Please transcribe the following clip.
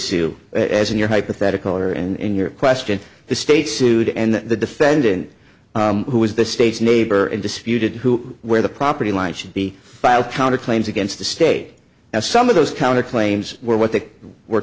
sue as in your hypothetical or and in your question the state sued and the defendant who was the state's neighbor and disputed who where the property line should be filed counterclaims against the state as some of those counter claims were what they were